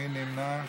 מי נמנע?